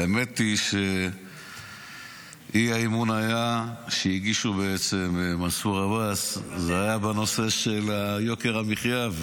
האמת היא שהאי-אמון שהגיש מנסור עבאס היה בעצם בנושא של יוקר המחיה,